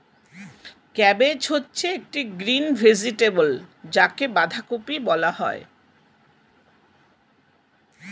cabbage হচ্ছে একটি green vegetable যাকে বাঁধাকপি বলা হয়